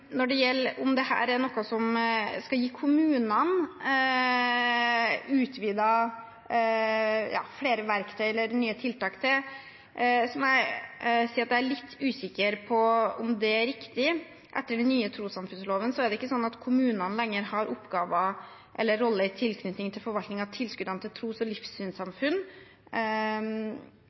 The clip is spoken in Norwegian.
Når det gjelder om dette er noe man skal gi kommunene flere verktøy eller nye tiltak til, må jeg si at jeg er litt usikker på om det er riktig. Etter den nye trossamfunnsloven er det ikke lenger sånn at kommunene har oppgaver eller roller i tilknytning til forvaltning av tilskuddene til tros- og livssynssamfunn.